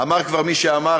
אמר כבר מי שאמר,